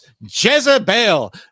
Jezebel